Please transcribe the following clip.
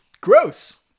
Gross